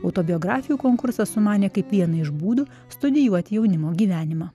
autobiografijų konkursą sumanė kaip vieną iš būdų studijuoti jaunimo gyvenimą